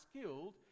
skilled